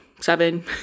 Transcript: seven